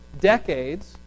decades